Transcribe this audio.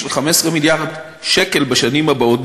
של 15 מיליארד שקל בשנים הבאות,